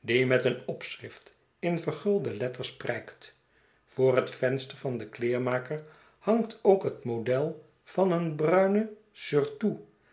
die met een opschrift in vergulde letters prijkt voor het venster van den kleermaker hangt ook het model van een bruinen surtout